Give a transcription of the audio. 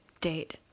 date